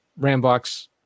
Rambox